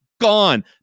gone